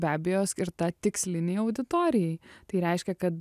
be abejo skirta tikslinei auditorijai tai reiškia kad